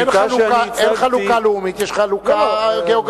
אין חלוקה לאומית, יש חלוקה גיאוגרפית.